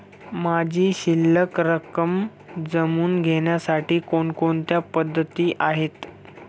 माझी शिल्लक रक्कम जाणून घेण्यासाठी कोणकोणत्या पद्धती आहेत?